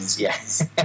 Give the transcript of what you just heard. Yes